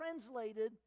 translated